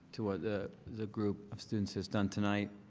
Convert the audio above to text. to what the the group of students has done tonight?